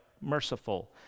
merciful